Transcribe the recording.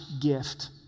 gift